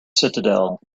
citadel